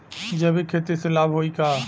जैविक खेती से लाभ होई का?